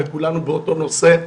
וכולנו באותו נושא.